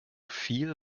viel